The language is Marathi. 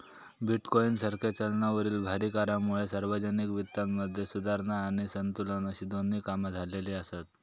बिटकॉइन सारख्या चलनावरील भारी करांमुळे सार्वजनिक वित्तामध्ये सुधारणा आणि संतुलन अशी दोन्ही कामा झालेली आसत